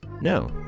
No